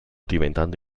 diventando